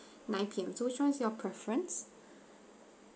nine P_M so which [one] is your preference